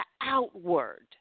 outward